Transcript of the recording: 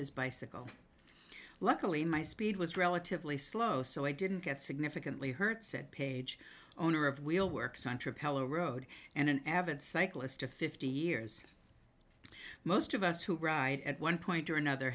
his bicycle luckily my speed was relatively slow so i didn't get significantly hurt said page owner of wheel work central palo road and an avid cyclist of fifty years most of us who ride at one point or another